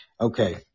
Okay